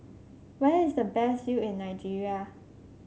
where is the best view in Nigeria